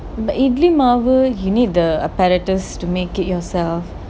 but idli மாவு:idli maavu you need the apparatus to make it yourself